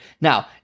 Now